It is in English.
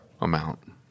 amount